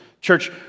Church